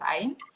time